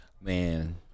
Man